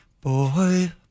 Boy